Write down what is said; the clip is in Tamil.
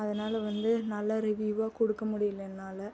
அதனால் வந்து நல்ல ரிவ்யூவாக கொடுக்க முடியல என்னால்